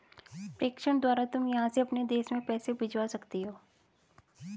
प्रेषण द्वारा तुम यहाँ से अपने देश में पैसे भिजवा सकती हो